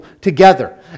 together